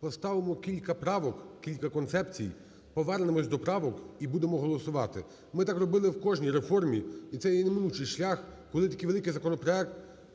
поставимо кілька правок, кілька концепцій, повернемося до правок і будемо голосувати. Ми так робили в кожній реформі, і це є неминучий шлях, коли такий великий законопроект